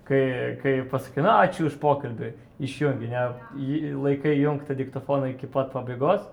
kai kai pasakai na ačiū už pokalbį išjungi ne jį laikai įjungtą diktofoną iki pat pabaigos